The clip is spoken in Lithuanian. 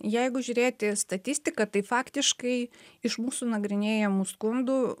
jeigu žiūrėt į statistiką tai faktiškai iš mūsų nagrinėjamų skundų